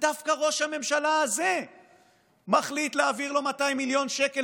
דווקא ראש הממשלה הזה מחליט להעביר לו 200 מיליון שקל,